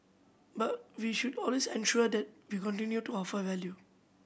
but we should always ensure that we continue to offer value